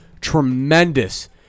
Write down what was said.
tremendous